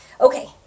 Okay